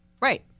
Right